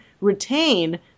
retain